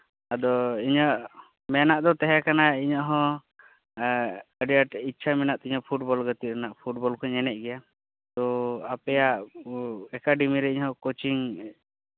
ᱟᱫᱚ ᱤᱧᱟᱹᱜ ᱢᱮᱱᱟᱜ ᱫᱚ ᱛᱟᱸᱦᱮ ᱠᱟᱱᱟ ᱤᱧᱟᱹᱜ ᱦᱚᱸ ᱟᱹᱰᱤ ᱟᱸᱴ ᱤᱪᱪᱷᱟᱹ ᱢᱮᱱᱟᱜ ᱛᱤᱧᱟ ᱯᱷᱩᱴᱵᱚᱞ ᱜᱟᱛᱮᱜ ᱨᱮᱱᱟᱜ ᱯᱷᱩᱴᱵᱚᱞ ᱠᱚᱧ ᱮᱱᱮᱡ ᱜᱮᱭᱟ ᱛᱳ ᱟᱯᱮᱭᱟᱜ ᱮᱠᱟᱰᱮᱢᱤᱨᱮ ᱤᱧᱦᱚᱸ ᱠᱳᱪᱤᱝ